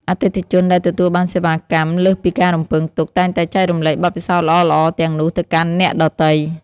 អតិថិជនដែលទទួលបានសេវាកម្មលើសពីការរំពឹងទុកតែងតែចែករំលែកបទពិសោធន៍ល្អៗទាំងនោះទៅកាន់អ្នកដទៃ។